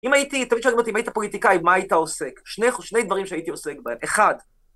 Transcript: אם הייתי, תמיד שואלים אותי אם היית פוליטיקאי, מה היית עוסק? שני דברים שהייתי עוסק בהם. אחד...